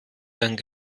gang